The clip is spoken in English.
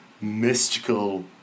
mystical